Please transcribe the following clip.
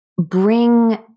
bring